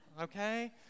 okay